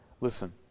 Listen